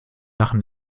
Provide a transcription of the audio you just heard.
lachen